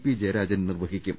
P Jayarajan നിർവഹിക്കും